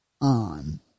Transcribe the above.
on